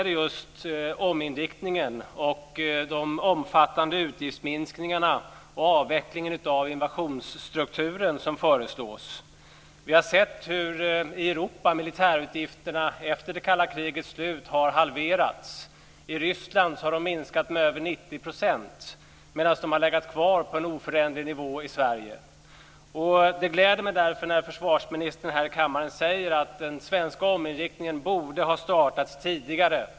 Det är ominriktningen, de omfattande utgiftsminskningarna och avvecklingen av invationsstrukturen som föreslås. Vi har sett hur militärutgifterna i Europa efter det kalla krigets slut har halverats. I Ryssland har de minskat med över 90 % medan de har legat kvar på en oförändrad nivå i Sverige. Det gläder mig därför när försvarsministern här i kammaren säger att den svenska ominriktningen borde ha startats tidigare.